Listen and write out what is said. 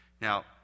Now